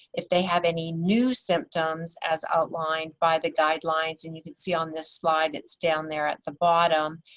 if they have any new symptoms as outlined by the guidelines. and you can see on this slide, it's down there at the bottom.